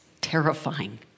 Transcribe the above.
terrifying